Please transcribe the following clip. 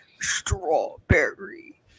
strawberry